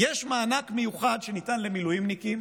שיש מענק מיוחד שניתן למילואימניקים